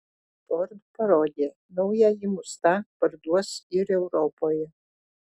ford parodė naująjį mustang parduos ir europoje